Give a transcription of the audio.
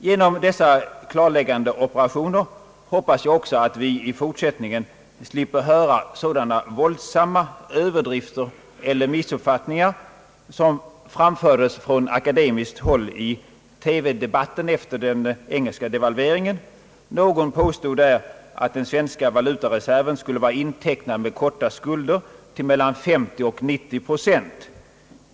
Genom dessa klarläggande operationer hoppas jag också att vi i fortsättningen slipper höra sådana våldsamma överdrifter eller missuppfattningar, som framfördes från akademiskt håll i TV debatten efter den engelska devalveringen. Någon påstod där att den svenska valutareserven skulle vara intecknad med korta skulder till mellan 50 och 90 procent.